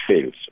fails